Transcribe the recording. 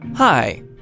Hi